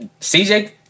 CJ